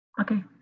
Okay